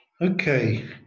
okay